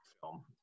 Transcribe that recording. film